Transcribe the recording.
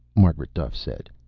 margaret duffe said.